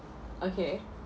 okay